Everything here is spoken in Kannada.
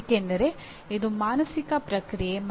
ಏಕೆಂದರೆ ಇದು ಮಾನಸಿಕ ಪ್ರಕ್ರಿಯೆ